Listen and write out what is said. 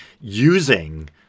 using